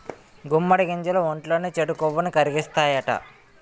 గుమ్మడి గింజలు ఒంట్లోని చెడు కొవ్వుని కరిగిత్తాయట